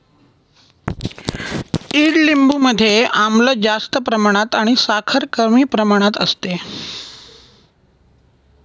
ईडलिंबू मध्ये आम्ल जास्त प्रमाणात आणि साखर कमी प्रमाणात असते